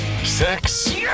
Sex